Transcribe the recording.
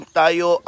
tayo